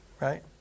Right